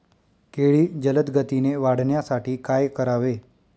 केळी जलदगतीने वाढण्यासाठी काय करावे?